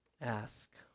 ask